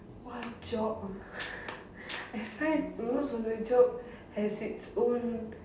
what job ah explain most of the job has its own